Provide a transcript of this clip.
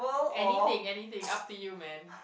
anything anything up to you man